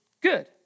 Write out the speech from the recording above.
good